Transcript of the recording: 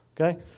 Okay